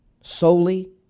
solely